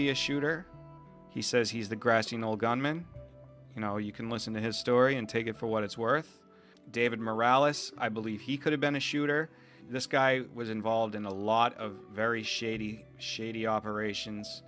be a shooter he says he's the grassy knoll gunman you know you can listen to his story and take it for what it's worth david morale as i believe he could have been a shooter this guy was involved in a lot of very shady shady operations